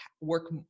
work